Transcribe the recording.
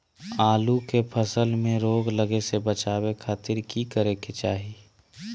आलू के फसल में रोग लगे से बचावे खातिर की करे के चाही?